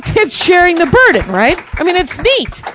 it's sharing the burden, right? i mean, it's neat.